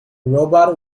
robot